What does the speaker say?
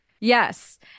yes